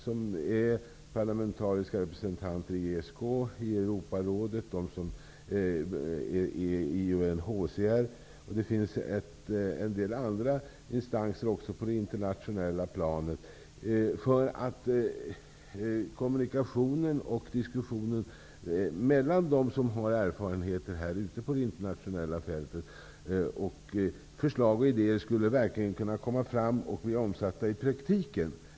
Det gäller t.ex. parlamentariska representanter i ESK, Europrådet och UNHCR. Det finns även en del andra organ på det internationella planet. Genom att sammankalla dessa representanter skulle man få till stånd kommunikationen och diskussionen mellan dem som har erferenheter på det internationella fältet. Förslag och idéer skulle verkligen kunna komma fram på det sättet och bli omsatta i praktiken.